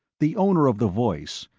the owner of the voice,